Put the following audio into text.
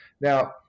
Now